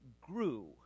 grew